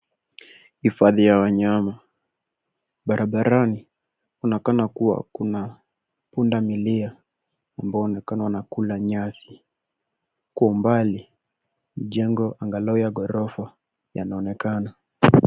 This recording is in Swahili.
Hifadhi ya wanyama, barabarani unaonekana kua kuna punda milia ambao unaonekana kula nyasi kwa umbali jengo angalau ya ghorofa yanaonekana.